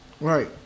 right